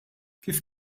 kif